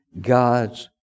God's